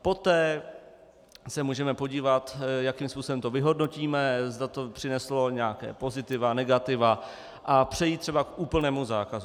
Poté se můžeme podívat, jakým způsobem to vyhodnotíme, zda to přineslo nějaká pozitiva, negativa, a přejít třeba k úplnému zákazu.